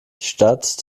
stadt